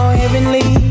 heavenly